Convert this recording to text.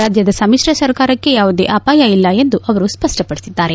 ರಾಜ್ಯದ ಸಮಿತ್ರ ಸರ್ಕಾರಕ್ಷೆ ಅಪಾಯ ಇಲ್ಲ ಎಂದು ಅವರು ಸ್ಪಷ್ಟಪಡಿಸಿದ್ದಾರೆ